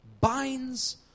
binds